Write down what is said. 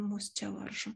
mūsų čia varžo